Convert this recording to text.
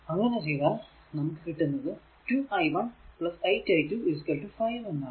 അങ്ങനെ ചെയ്താൽ നമുക്ക് കിട്ടുന്നതു 2 i1 8 i2 5 എന്നാണ്